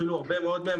אפילו הרבה מאוד מהם,